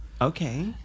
okay